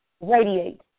radiate